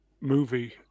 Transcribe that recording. movie